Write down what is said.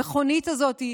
המכונית הזאת,